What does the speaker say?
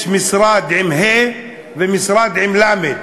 יש משרד עם ה"א, ומשרד עם למ"ד.